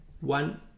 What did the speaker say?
one